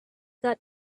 got